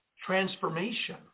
transformation